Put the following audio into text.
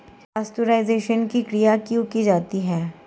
Pasteurisation की क्रिया क्यों की जाती है?